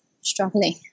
struggling